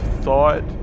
thought